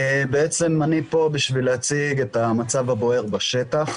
אני פה בשביל להציג את המצב הבוער בשטח,